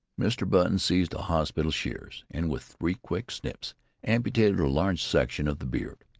mr. button seized a hospital shears and with three quick snaps amputated a large section of the beard.